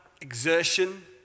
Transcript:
exertion